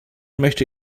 möchte